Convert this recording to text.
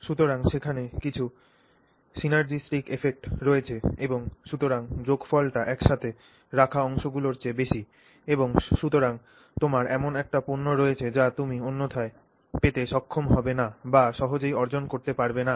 সুতরাং সেখানে কিছু synergistic effect রয়েছে এবং সুতরাং যোগফলটি একসাথে রাখা অংশগুলির চেয়ে বেশি এবং সুতরাং তোমার এমন একটি পণ্য রয়েছে যা তুমি অন্যথায় পেতে সক্ষম হবে না বা সহজেই অর্জন করতে পারবে না